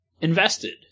invested